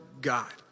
God